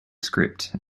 script